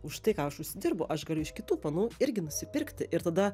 už tai ką aš užsidirbu aš galiu iš kitų panų irgi nusipirkti ir tada